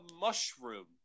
Mushroom